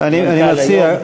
אני מציע,